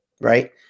Right